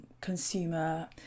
consumer